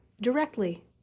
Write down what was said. directly